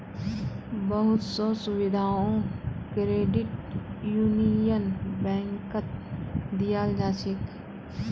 बहुत स सुविधाओ क्रेडिट यूनियन बैंकत दीयाल जा छेक